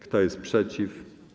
Kto jest przeciw?